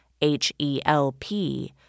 H-E-L-P